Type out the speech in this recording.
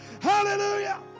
Hallelujah